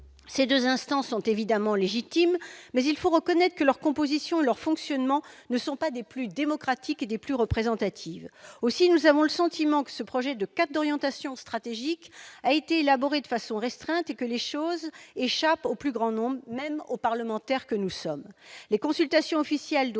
Ces deux instances sont évidemment légitimes, mais il faut reconnaître que leur composition et leur fonctionnement ne sont pas des plus démocratiques ni des plus représentatifs. Aussi avons-nous le sentiment que ce projet de cadre d'orientation stratégique a été élaboré de façon restreinte, et que les choses échappent au plus grand nombre, y compris aux parlementaires que nous sommes.